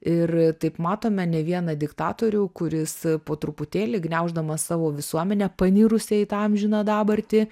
ir taip matome ne vieną diktatorių kuris po truputėlį gniauždamas savo visuomenę panirusią į tą amžiną dabartį